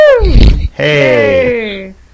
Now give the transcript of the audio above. Hey